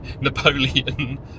Napoleon